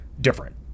different